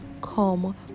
come